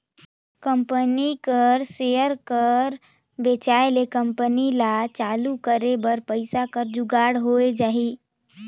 company कर share कर बेंचाए ले कंपनी ल चालू करे बर पइसा कर जुगाड़ होए जाही